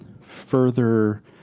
further